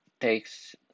takes